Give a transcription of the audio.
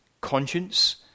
conscience